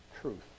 truth